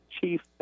chief